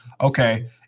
Okay